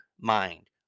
mind